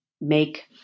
make